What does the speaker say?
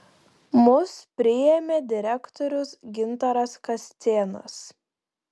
mus priėmė direktorius gintaras kascėnas